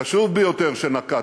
חשוב ביותר, שנקטנו,